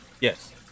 Yes